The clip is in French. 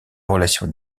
relations